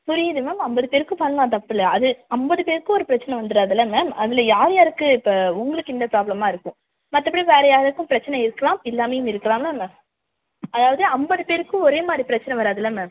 புரியுது மேம் ஐம்பது பேருக்கு பண்ணலாம் தப்பில்லை அது ஐம்பது பேருக்கு ஒரு பிரச்சனை வந்துராதில மேம் அதில் யார் யாருக்கு இப்போ உங்களுக்கு இந்த ப்ராப்ளமாக இருக்கும் மற்றபடி வேறு யாருக்காவது பிரச்சினை இருக்கலாம் இல்லாமையும் இருக்கலாம்ல மேம் அதாவது ஐம்பது பேருக்கு ஒரே மாதிரி பிரச்சினை வராதுல மேம்